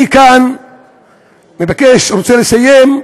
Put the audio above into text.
אני כאן מבקש, אני רוצה לסיים,